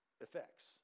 effects